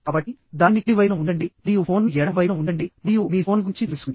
కాబట్టి దానిని కుడి వైపున ఉంచండి మరియు ఫోన్ ను ఎడమ వైపున ఉంచండి మరియు మీ ఫోన్ గురించి తెలుసుకోండి